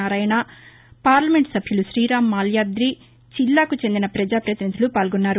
Narayana parliament సభ్యులు శీరాం మాల్యాది జిల్లాకు చెందిన ప్రపజాపతినిధులు పాల్గొన్నారు